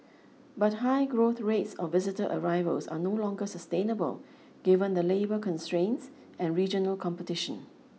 but high growth rates of visitor arrivals are no longer sustainable given the labour constraints and regional competition